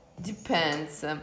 depends